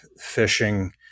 fishing